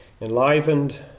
enlivened